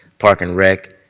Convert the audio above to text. park and rec.